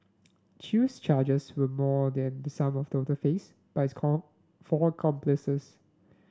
Chew's charges were more than the sum total faced by his come four accomplices